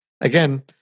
again